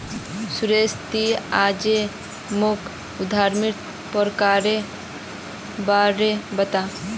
सुरेश ती आइज मोक उद्यमितार प्रकारेर बा र बता